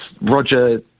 Roger